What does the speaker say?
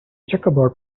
checkerboard